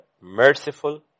merciful